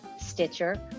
Stitcher